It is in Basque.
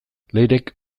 leirek